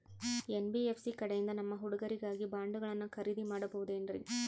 NBFC ಕಡೆಯಿಂದ ನಮ್ಮ ಹುಡುಗರಿಗಾಗಿ ಬಾಂಡುಗಳನ್ನ ಖರೇದಿ ಮಾಡಬಹುದೇನ್ರಿ?